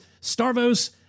Starvos